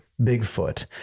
Bigfoot